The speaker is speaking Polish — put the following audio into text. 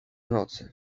nocy